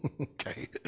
Okay